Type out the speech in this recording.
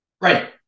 right